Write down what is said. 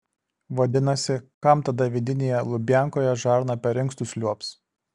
vadinasi kam tada vidinėje lubiankoje žarna per inkstus liuobs